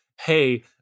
hey